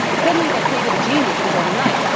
suddenly their creative genius was overnight.